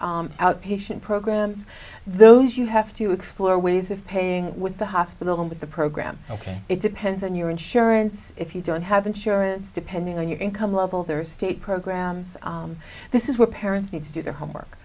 outpatient programs those you have to explore ways of paying with the hospital and with the program ok it depends on your insurance if you don't have insurance depending on your income level their state programs this is where parents need to do their homework